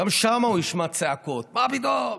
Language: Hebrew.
גם שם הוא ישמע צעקות: מה פתאום,